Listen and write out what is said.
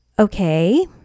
Okay